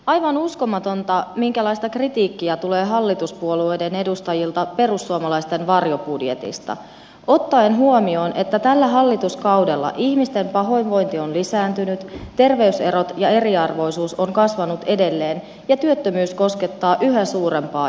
aivan uskomatonta minkälaista kritiikkiä tulee hallituspuolueiden edustajilta perussuomalaisten varjobudjetista ottaen huomioon että tällä hallituskaudella ihmisten pahoinvointi on lisääntynyt terveyserot ja eriarvoisuus ovat kasvaneet edelleen ja työttömyys koskettaa yhä suurempaa joukkoa